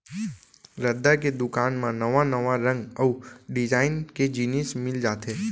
रद्दा के दुकान म नवा नवा रंग अउ डिजाइन के जिनिस मिल जाथे